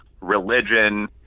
religion